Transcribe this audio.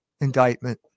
indictment